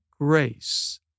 grace